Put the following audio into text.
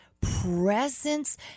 presence